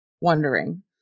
wondering